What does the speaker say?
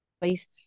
place